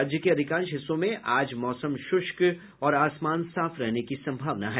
राज्य के अधिकांश हिस्सों में आज मौसम शुष्क और आसमान साफ रहने की सम्भावना है